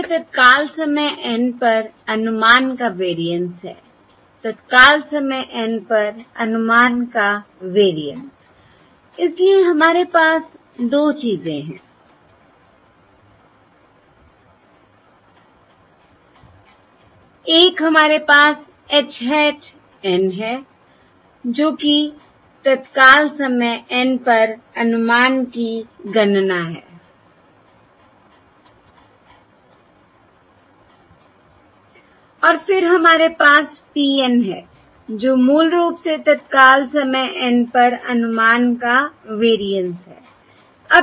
यह तत्काल समय N पर अनुमान का वेरिएंस है तत्काल समय N पर अनुमान का वेरिएंसI इसलिए हमारे पास 2 चीजें हैं एक हमारे पास h hat N है जो कि तत्काल समय N पर अनुमान की गणना है I और फिर हमारे पास P N है जो मूल रूप से तत्काल समय N पर अनुमान का वेरिएंस है